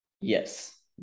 Yes